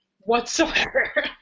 whatsoever